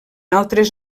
altres